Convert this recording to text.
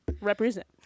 represent